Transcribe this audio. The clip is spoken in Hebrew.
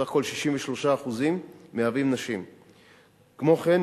בסך הכול הנשים מהוות 63%. כמו כן,